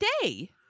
today